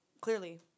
clearly